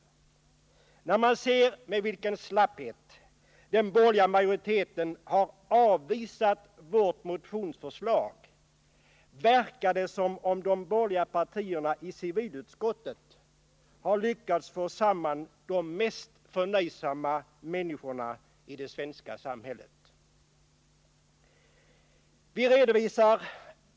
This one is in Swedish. Men när man ser med vilken slapphet den borgerliga majoriteten har avvisat vårt motionsförslag, verkar det som om de borgerliga partierna i civilutskottet har lyckats få samman de mest förnöjsamma människorna i det svenska samhället.